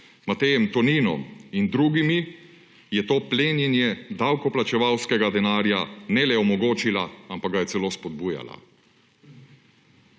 Matejem Toninom in drugimi je to plenjenje davkoplačevalskega denarja ne le omogočila, ampak ga je celo spodbujala.